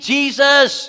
Jesus